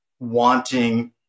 wanting